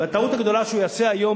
והטעות הגדולה שהוא יעשה היום,